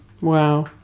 Wow